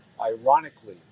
Ironically